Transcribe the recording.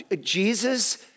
Jesus